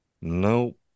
Nope